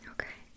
Okay